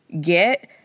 get